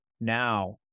now